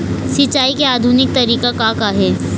सिचाई के आधुनिक तरीका का का हे?